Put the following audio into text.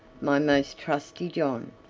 my most trusty john!